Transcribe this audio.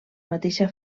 mateixa